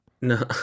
no